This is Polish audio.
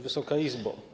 Wysoka Izbo!